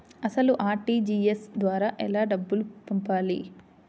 అసలు అర్.టీ.జీ.ఎస్ ద్వారా ఎలా డబ్బులు పంపాలి?